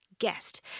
guest